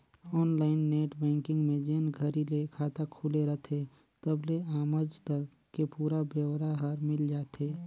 online net banking में जेन घरी ले खाता खुले रथे तबले आमज तक के पुरा ब्योरा हर मिल जाथे